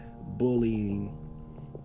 bullying